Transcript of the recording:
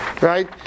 right